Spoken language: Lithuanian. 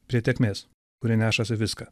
prie tėkmės kuri nešasi viską